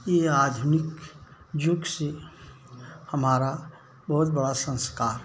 ये आधुनिक युग से हमारा बहुत बड़ा संस्कार रहे